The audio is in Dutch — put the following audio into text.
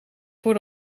voor